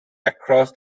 across